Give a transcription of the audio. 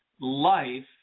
life